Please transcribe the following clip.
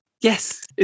Yes